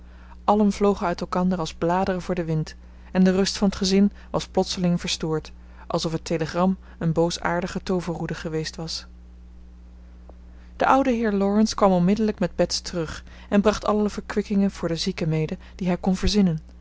allen vlogen uit elkander als bladeren voor den wind en de rust van t gezin was plotseling verstoord alsof het telegram een boosaardige tooverroede geweest was de oude heer laurence kwam onmiddellijk met bets terug en bracht alle verkwikkingen voor den zieke mede die hij kon verzinnen